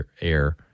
air